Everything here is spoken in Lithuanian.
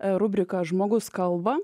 rubriką žmogus kalba